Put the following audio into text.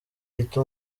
yita